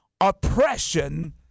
oppression